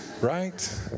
right